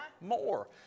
More